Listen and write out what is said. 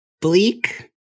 Bleak